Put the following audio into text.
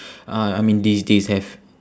uh I mean these days have